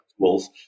tools